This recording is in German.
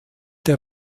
der